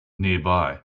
nearby